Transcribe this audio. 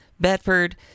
Bedford